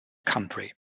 country